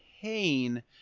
pain